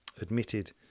admitted